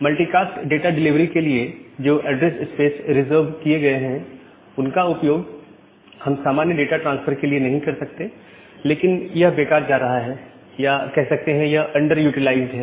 multicast data delivery के लिए जो ऐड्रेस स्पेस रिजर्व किए गए हैं उनका उपयोग हम सामान्य डाटा ट्रांसफर के लिए नहीं कर सकते लेकिन यह बेकार जा रहा है या कह सकते हैं यह अंडर यूटिलाइज्ड है